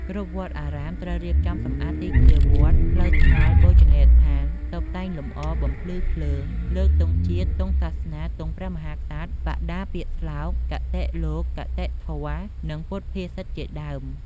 គ្រប់វត្តអារាម ត្រូវរៀបចំសម្អាតទីធ្លាវត្ត ផ្លូវថ្នល់ បូជនីយដ្ឋាន តុបតែងលម្អ បំភ្លឺភ្លើង លើកទង់ជាតិ ទង់សាសនា ទង់ព្រះមហាក្សត្រ បដាពាក្យស្លោក គតិលោក គតិធម៌ និងពុទ្ធភាសិតជាដើម។